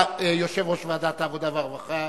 יושב-ראש ועדת העבודה והרווחה,